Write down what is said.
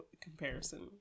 comparison